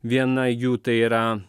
viena jų tai yra